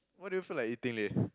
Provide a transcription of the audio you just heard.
what do you feel like eating leh